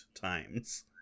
times